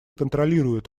контролирует